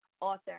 author